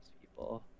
people